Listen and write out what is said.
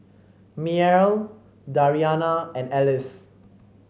Mearl Dariana and Alice